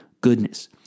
Goodness